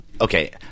okay